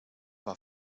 war